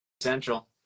Central